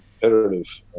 competitive